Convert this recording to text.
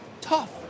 tough